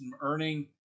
earning